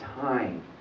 time